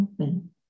open